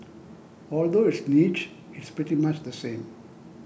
although it's niche it's pretty much the same